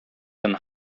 than